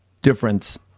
difference